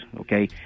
okay